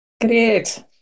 great